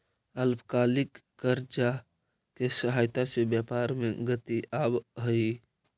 अल्पकालिक कर्जा के सहयोग से व्यापार में गति आवऽ हई